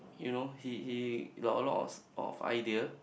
you know he he he got a lots of idea